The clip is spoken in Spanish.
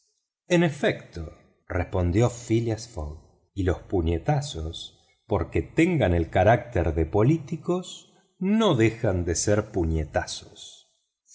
en efecto respondió phileas fogg y los puñetazos porque tengan el carácter de políticos no dejan de ser puñetazos